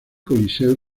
coliseo